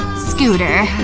scooter,